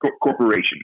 Corporation